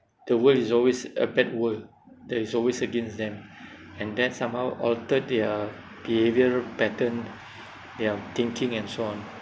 the world is always a bad world that is always against them and that somehow alter their behaviour pattern their thinking and so on